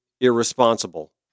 irresponsible